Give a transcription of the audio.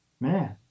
man